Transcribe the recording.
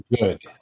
good